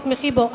תתמכי בו.